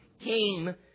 came